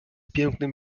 pięknym